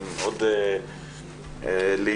עם עוד לעתים מוטיבציה מוגברת.